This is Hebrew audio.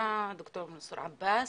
הוועדה ד"ר מנסור עבאס.